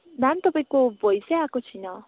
ma'am तपाईँको भोएसै आएको छैन